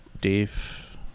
Dave